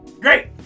Great